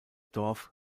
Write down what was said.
dorf